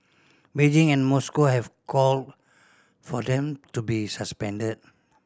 Beijing and Moscow have called for them to be suspended